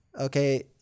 Okay